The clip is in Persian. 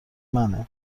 منه